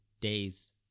days